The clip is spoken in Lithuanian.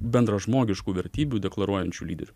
bendražmogiškų vertybių deklaruojančių lyderių